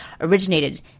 originated